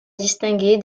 distinguer